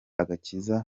agakiza